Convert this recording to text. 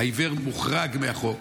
העיוור מוחרג מהחוק,